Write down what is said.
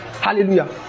Hallelujah